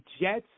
Jets